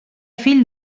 fill